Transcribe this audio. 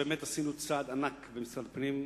באמת עשינו צעד ענק במשרד הפנים.